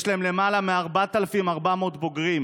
יש להם למעלה מ-4,400 בוגרים